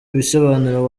bisobanuro